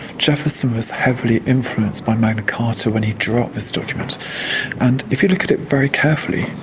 jefferson was heavily influenced by magna carta when he drew up this document and, if you look at it very carefully,